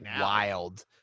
wild